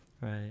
Right